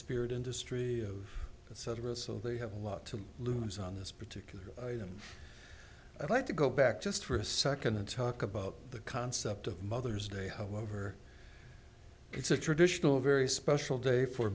spirit industry etc so they have a lot to lose on this particular item i'd like to go back just for a second and talk about the concept of mother's day however it's a traditional a very special day for